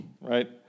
right